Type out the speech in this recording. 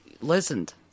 listened